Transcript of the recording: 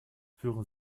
führen